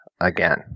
again